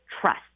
trust